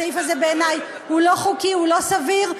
הסעיף הזה, בעיני, הוא לא חוקי, הוא לא סביר.